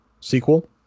sequel